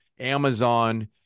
amazon